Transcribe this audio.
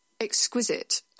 exquisite